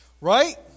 Right